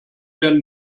werden